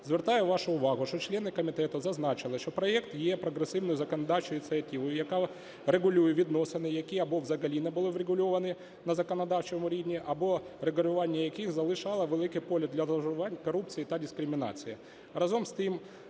Звертаю вашу увагу, що члени комітету зазначили, що проект є прогресивною законодавчою ініціативою, яка регулює відносини, які або взагалі не були врегульовані на законодавчому рівні або регулювання яких залишало велике поле для зловживань, корупції та дискримінації.